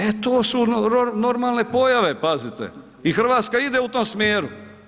E to su normalne pojave pazite i Hrvatska ide u tom smjeru.